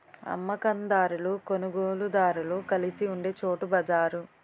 అమ్మ కందారులు కొనుగోలుదారులు కలిసి ఉండే చోటు బజారు